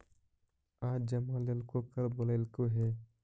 आज जमा लेलको कल बोलैलको हे?